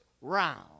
round